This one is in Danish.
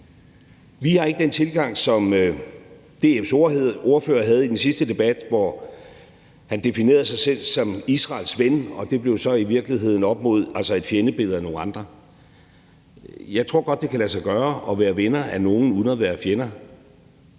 Vi har ikke den tilgang, som DF's ordfører havde i den sidste debat, hvor han definerede sig selv som Israels ven, og det blev i virkeligheden sat op mod et fjendebillede af nogle andre. Jeg tror godt, det kan lade sig gøre at være venner af nogle uden at være fjender